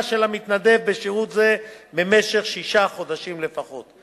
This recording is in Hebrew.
של המתנדב בשירות זה במשך שישה חודשים לפחות,